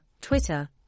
Twitter